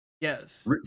Yes